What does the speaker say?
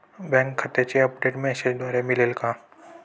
Bank खात्याचे update मेसेजद्वारे मिळेल का?